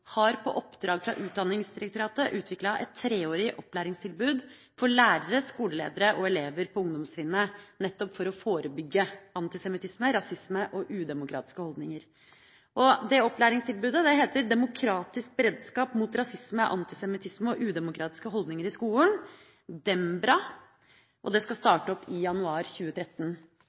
har på oppdrag fra Utdanningsdirektoratet utviklet et treårig opplæringstilbud for lærere, skoleledere og elever på ungdomstrinnet, nettopp for å forebygge antisemittisme, rasisme og udemokratiske holdninger. Opplæringstilbudet heter Demokratisk beredskap mot rasisme, antisemittisme og udemokratiske holdninger i skolen – DEMBRA. Det skal starte opp i januar 2013,